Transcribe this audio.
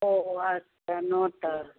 ও আচ্ছা নটা